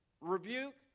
rebuke